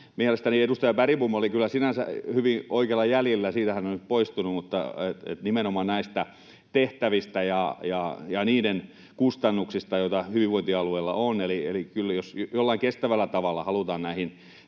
Mielestäni edustaja Bergbom oli kyllä sinänsä hyvin oikeilla jäljillä — hän on nyt poistunut — nimenomaan näistä tehtävistä ja niiden kustannuksista, joita hyvinvointialueilla on. Eli kyllä jos jollain kestävällä tavalla halutaan näihin